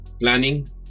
Planning